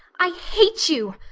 i hate you,